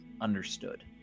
understood